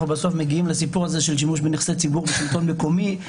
בסוף מגיעים לסיפור הזה של שימוש בנכסי ציבור בשלטון מקומי.